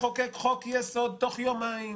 תחוקק חוק יסוד תוך יומיים,